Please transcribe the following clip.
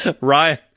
Ryan